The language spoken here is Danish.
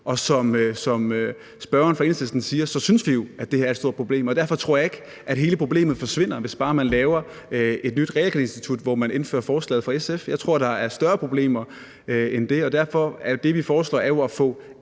Som spørgeren fra Enhedslisten siger, synes vi jo, at det her er et stort problem, og derfor tror jeg ikke, at hele problemet forsvinder, hvis bare man laver et nyt realkreditinstitut, hvor man indfører forslaget fra SF. Jeg tror, at der er større problemer end det, og derfor er det, vi foreslår, jo at få